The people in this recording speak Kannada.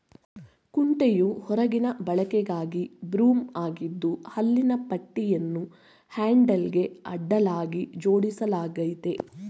ಕುಂಟೆಯು ಹೊರಗಿನ ಬಳಕೆಗಾಗಿ ಬ್ರೂಮ್ ಆಗಿದ್ದು ಹಲ್ಲಿನ ಪಟ್ಟಿಯನ್ನು ಹ್ಯಾಂಡಲ್ಗೆ ಅಡ್ಡಲಾಗಿ ಜೋಡಿಸಲಾಗಯ್ತೆ